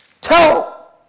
Tell